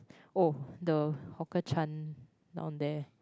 oh the Hawker Chan down there